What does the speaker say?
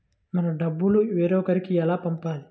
మన డబ్బులు వేరొకరికి ఎలా పంపాలి?